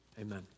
Amen